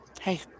Hey